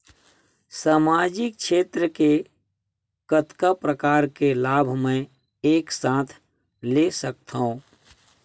सामाजिक क्षेत्र के कतका प्रकार के लाभ मै एक साथ ले सकथव?